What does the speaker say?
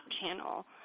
channel